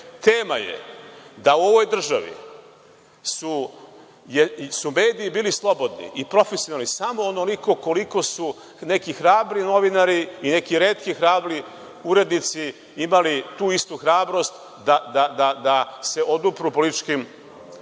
Tema je da su u ovoj državi mediji bili slobodni samo onoliko koliko su neki hrabri novinari i neki retki hrabri urednici imali tu istu hrabrost da se odupru političkim pritiscima,